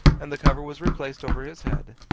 and the cover was replaced over his head.